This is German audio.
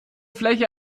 fläche